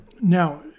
Now